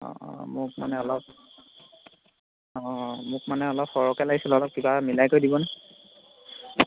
অঁ অঁ মোক মানে অলপ অঁ মোক মানে অলপ সৰহকৈ লাগিছিলে অলপ কিবা মিলাই কৰি দিবনে